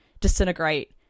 disintegrate